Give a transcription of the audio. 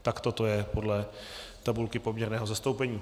Takto to je podle tabulky poměrného zastoupení.